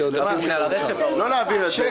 לא נעביר את זה.